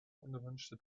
unerwünschte